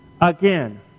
again